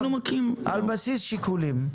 על בסיס שיקולים.